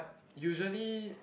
usually